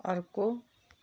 अर्को